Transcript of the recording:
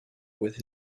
with